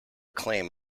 claim